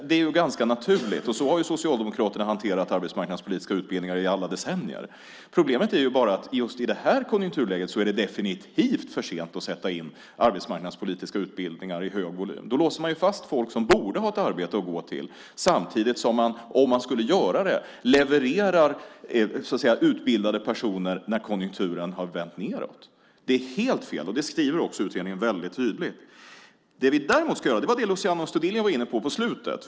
Det är ganska naturligt, och så har ju Socialdemokraterna hanterat arbetsmarknadspolitiska utbildningar i alla decennier. Problemet är bara att just i det här konjunkturläget är det definitivt för sent att sätta in arbetsmarknadspolitiska utbildningar i större utsträckning. Då låser man ju fast folk som borde ha ett arbete att gå till. Samtidigt levererar man, om man skulle göra det, utbildade personer när konjunkturen har vänt nedåt. Det är helt fel, och det skriver också utredningen väldigt tydligt. Det vi däremot ska göra är det som Luciano Astudillo var inne på i slutet.